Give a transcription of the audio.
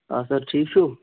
آ سَر ٹھیٖک چھُو